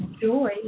joy